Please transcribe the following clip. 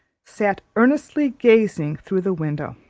sat earnestly gazing through the window.